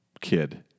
kid